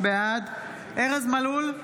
בעד ארז מלול,